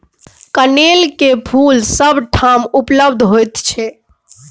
कनेलक फूल सभ ठाम उपलब्ध होइत छै